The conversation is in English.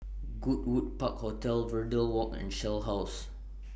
Goodwood Park Hotel Verde Walk and Shell House